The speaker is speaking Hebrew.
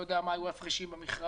לא יודע מה היו ההפרשים במכרז,